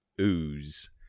ooze